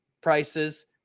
prices